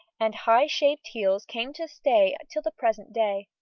and high shaped heels came to stay till the present day.